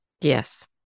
Yes